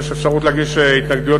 יש אפשרות להגיש התנגדויות,